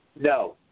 No